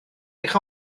eich